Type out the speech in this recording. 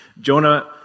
Jonah